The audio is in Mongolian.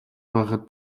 байхад